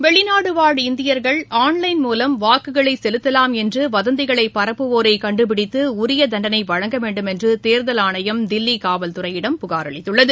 வெளிநாடு வாழ் இந்தியர்கள் ஆள்லைள் மூலம் வாக்குகளை செலுத்தலாம் என்று வதந்திகளை பரப்புவோரை கண்டுபிடித்து உரிய தண்டனை வழங்க வேண்டும் என்று தேர்தல் ஆணையம் தில்லி காவல்துறையிடம் புகார் அளித்துள்ளது